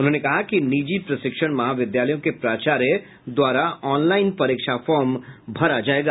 उन्होंने कहा कि निजी प्रशिक्षण महाविद्यालयों के प्राचार्य द्वारा ऑनलाइन परीक्षा फॉर्म भरा जायेगा